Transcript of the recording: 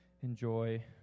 enjoy